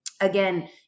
Again